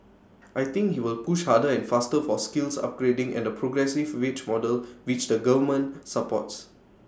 I think he will push harder and faster for skills upgrading and the progressive wage model which the government supports